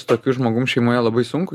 su tokiu žmogum šeimoje labai sunku